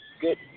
Good